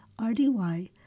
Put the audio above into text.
RDY